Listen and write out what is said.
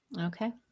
Okay